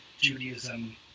Judaism